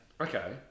Okay